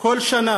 מפרסם בכל שנה